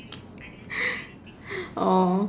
oh